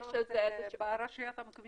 שיש על זה --- מי שעושה הכשרות ברשויות המקומיות